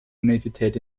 universität